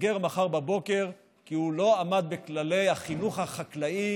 ייסגר מחר בבוקר כי הוא לא עמד בכללי החינוך החקלאי,